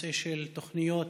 הנושא של תוכניות